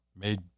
made